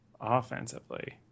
offensively